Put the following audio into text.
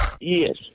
Yes